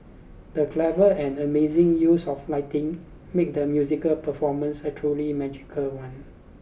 the clever and amazing use of lighting made the musical performance a truly magical one